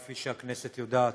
כפי שהכנסת יודעת,